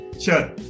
Sure